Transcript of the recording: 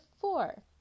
four